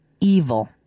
evil